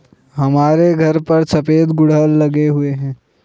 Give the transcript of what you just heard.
हमारे घर पर सफेद गुड़हल लगे हुए हैं